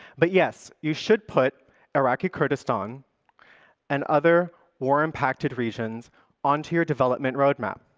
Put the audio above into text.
but yes, you should put iraqi kurdistan and other war-impacted regions onto your development roadmap.